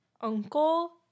uncle